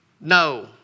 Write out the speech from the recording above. No